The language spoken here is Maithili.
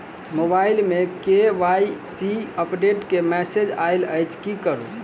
मोबाइल मे के.वाई.सी अपडेट केँ मैसेज आइल अछि की करू?